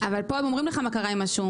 אבל פה הם אומרים לך מה קרה עם השום,